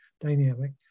dynamic